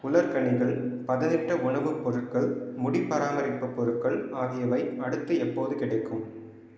உலர்கனிகள் பதனிட்ட உணவு பொருட்கள் முடி பராமரிப்பு பொருட்கள் ஆகியவை அடுத்து எப்போது கிடைக்கும்